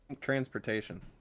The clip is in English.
Transportation